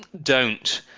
don't.